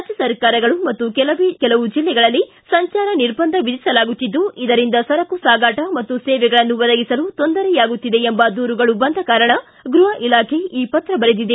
ರಾಜ್ಯ ಸರ್ಕಾರಗಳು ಮತ್ತು ಕೆಲವು ಜಿಲ್ಲೆಗಳಲ್ಲಿ ಸಂಚಾರ ನಿರ್ಬಂಧ ವಿಧಿಸಲಾಗುತ್ತಿದ್ದು ಇದರಿಂದ ಸರಕು ಸಾಗಾಟ ಹಾಗೂ ಸೇವೆಗಳನ್ನು ಒದಗಿಸಲು ತೊಂದರೆಯಾಗುತ್ತಿದೆ ಎಂಬ ದೂರುಗಳು ಬಂದ ಕಾರಣ ಗ್ಬಹ ಇಲಾಖೆ ಈ ಪತ್ರ ಬರೆದಿದೆ